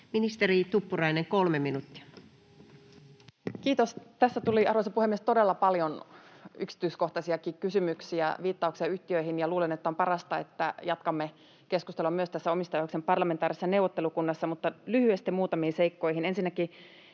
2022 Time: 10:49 Content: Kiitos! — Tässä tuli, arvoisa puhemies, todella paljon yksityiskohtaisiakin kysymyksiä, viittauksia yhtiöihin, ja luulen, että on parasta, että jatkamme keskustelua myös omistajaohjauksen parlamentaarisessa neuvottelukunnassa. Mutta lyhyesti muutamiin seikkoihin: